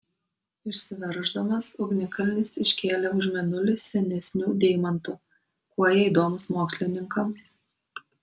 išsiverždamas ugnikalnis iškėlė už mėnulį senesnių deimantų kuo jie įdomūs mokslininkams